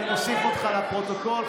אני מוסיף אותך לפרוטוקול,